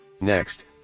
Next